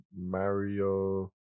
Mario